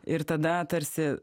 ir tada tarsi